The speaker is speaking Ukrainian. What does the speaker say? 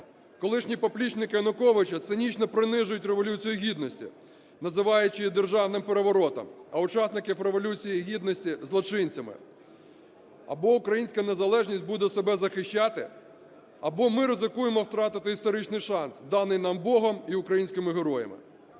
Колишні поплічники Януковича цинічно принижують Революцію Гідності, називаючи її державним переворотом, а учасників Революції Гідності – злочинцями. Або українська незалежність буде себе захищати, або ми ризикуємо втратити історичний шанс, даний нам Богом і українськими героями.